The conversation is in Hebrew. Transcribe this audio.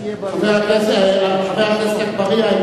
חבר הכנסת אגבאריה,